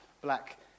black